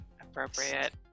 appropriate